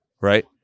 right